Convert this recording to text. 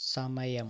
സമയം